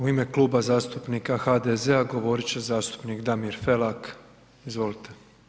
U ime Kluba zastupnika HDZ-a govoriti će zastupnik Damir Felak, izvolite.